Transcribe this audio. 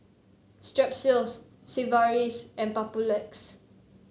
Strepsils Sigvaris and Papulex